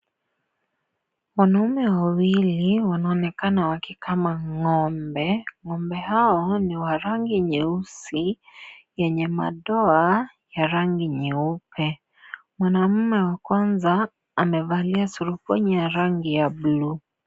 Wanaume wawili wanaonekana wakikama ngombe , ngombe hao ni wa rangi nyeusi yenye madoa ya rangi nyeupe. Mwanaume wa kwanza amevalia surupwenye ya rangi ya bluu.